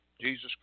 Jesus